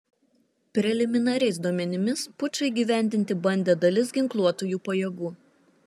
preliminariais duomenimis pučą įgyvendinti bandė dalis ginkluotųjų pajėgų